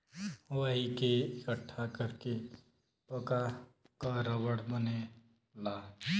वही के इकट्ठा कर के पका क रबड़ बनेला